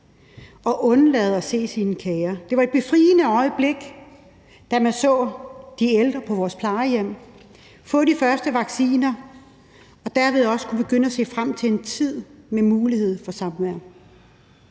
og undlade at se sine kære. Det var et befriende øjeblik, da vi så de ældre på vores plejehjem få de første vacciner og dermed kunne begynde at se frem til en tid med mulighed for samvær.